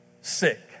sick